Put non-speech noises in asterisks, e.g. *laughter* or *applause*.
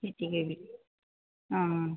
*unintelligible* অঁ